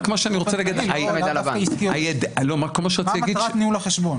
רק מה שאני רוצה להגיד --- מה מטרת ניהול החשבון.